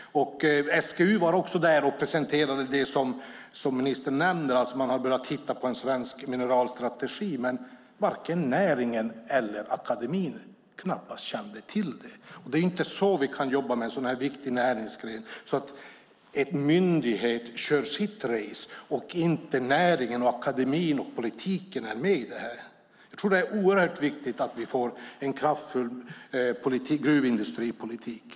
Också SGU var där och presenterade det som ministern nämnde, det vill säga att man har börjat titta på en svensk mineralstrategi. Men varken näringen eller akademin kände till det. Det är inte så vi ska jobba med en sådan här viktig näringsgren. En myndighet kan inte köra sitt race utan att näringen, akademin och politiken är med. Det är viktigt att vi får en kraftfull gruvindustripolitik.